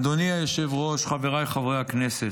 אדוני היושב-ראש, חבריי חברי הכנסת,